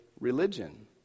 religion